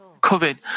COVID